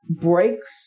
breaks